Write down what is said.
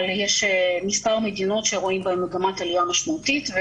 אבל יש מספר מדינות שרואים בהן מגמת עלייה משמעותית.